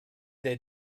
they